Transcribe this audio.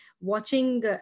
watching